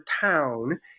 town